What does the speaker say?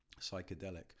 psychedelic